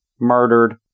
murdered